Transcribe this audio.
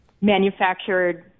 manufactured